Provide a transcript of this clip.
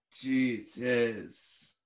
Jesus